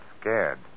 scared